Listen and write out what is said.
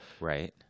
right